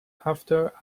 after